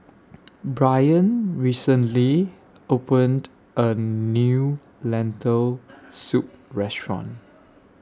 Brain recently opened A New Lentil Soup Restaurant